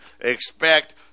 expect